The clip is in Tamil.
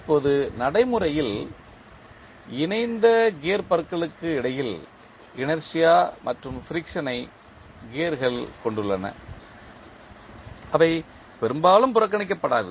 இப்போது நடைமுறையில் இணைந்த கியர் பற்களுக்கு இடையில் இனர்ஷியா மற்றும் ஃபிரிக்சன் ஐ கியர்கள் கொண்டுள்ளன அவை பெரும்பாலும் புறக்கணிக்கப்படாது